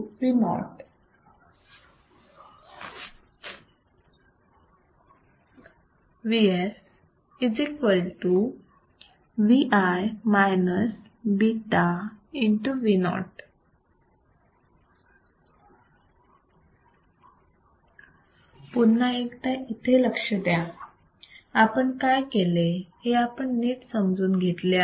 पुन्हा एकदा इथे लक्ष द्या आपण काय केले हे आपण नीट समजून घेतले आहे